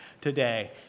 today